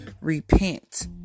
repent